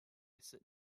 sit